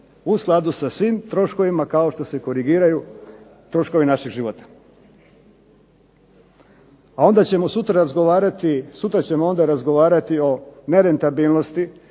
u skladu sa svim troškovima kao što se i korigiraju troškovi našeg života? A onda ćemo sutra razgovarati o nerentabilnosti,